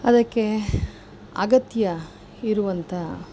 ಅದಕ್ಕೆ ಅಗತ್ಯ ಇರುವಂಥ